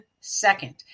second